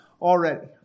already